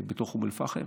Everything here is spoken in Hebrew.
בתוך אום אל-פחם.